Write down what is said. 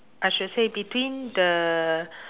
I should say between the